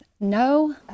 No